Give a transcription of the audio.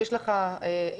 כשיש לך אנרגיה,